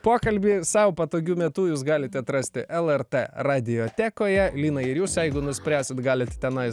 pokalbį sau patogiu metu jūs galite atrasti lrt radiotekoje lina ir jūs jeigu nuspręsit galit tenai